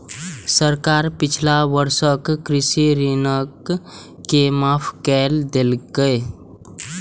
सरकार पिछला वर्षक कृषि ऋण के माफ कैर देलकैए